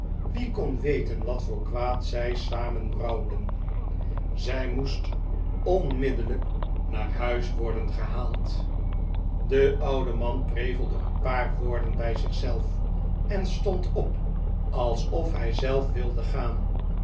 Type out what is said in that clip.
wie kon weten wat voor kwaad zij samen brouwden zij moest onmiddellijk naar huis worden gehaald de oude man prevelde een paar woorden bij zich zelf en stond op alsof hij zelf wilde gaan